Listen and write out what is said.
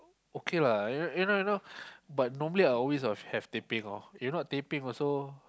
okay lah you know you know but normally I always have teh peng lor if not teh peng also